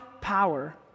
power